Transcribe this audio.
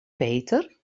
peter